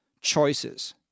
choices